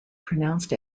pronounced